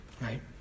Right